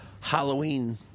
Halloween